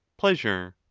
pleasure?